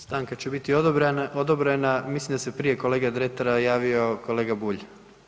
Stanka će biti odobrena, mislim da se prije kolege Dretara javio kolega Bulj.